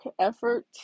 effort